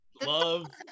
love